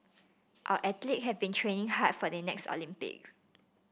our athlete have been training hard for the next Olympic